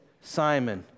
Simon